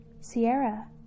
sierra